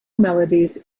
melodies